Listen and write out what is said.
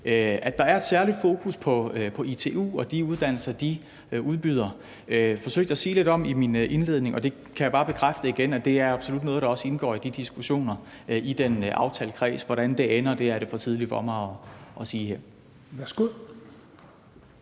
At der er et særligt fokus på ITU og de uddannelser, de udbyder, forsøgte jeg at sige lidt om i min indledning, og jeg kan bare igen bekræfte, at det absolut også er noget, der indgår i diskussionerne i den aftalekreds. Hvordan det ender, er det for tidligt for mig at sige her.